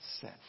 set